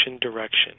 direction